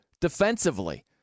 defensively